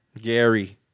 Gary